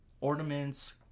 ornaments